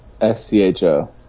S-C-H-O